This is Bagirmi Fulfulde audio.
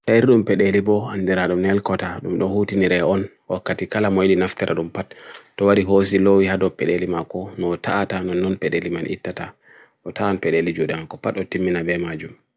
Tairun pedeli bo anderadum nel kota dumdohuti nire on, o katikala moi din aftera dum pat, towari hozi lo we hado pedeli mako, no taata nanun pedeli man itata, no taan pedeli jodha nkopat otimina be maju.